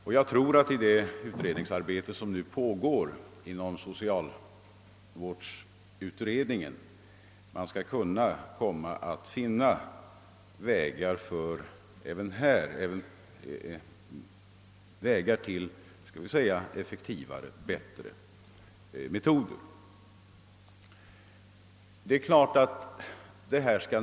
Och jag tror att socialutredningen skall kunna finna vägar som leder till bättre och effektivare metoder även härvidlag.